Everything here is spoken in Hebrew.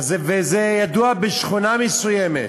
וידוע שזה בשכונה מסוימת,